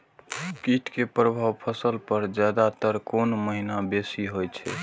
कीट के प्रभाव फसल पर ज्यादा तर कोन महीना बेसी होई छै?